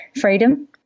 freedom